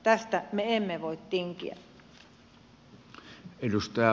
tästä me emme voi tinkiä